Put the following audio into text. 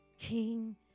King